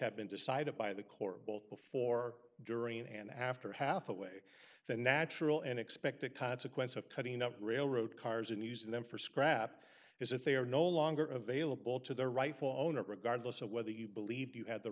have been decided by the court both before during and after hathaway the natural and expected consequence of cutting up railroad cars and using them for scrap as if they are no longer available to the rightful owner regardless of whether you believe you have the